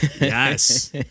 Yes